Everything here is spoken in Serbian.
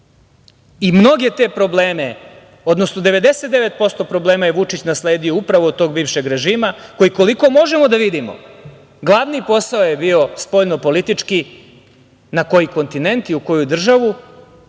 Mnoge te probleme, odnosno 99% problema je Vučić nasledio upravo od tog bivšeg režima, koji koliko možemo da vidimo glavni posao je bio spoljnopolitički, na koji kontinent i u koju državu